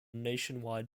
nationwide